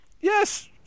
Yes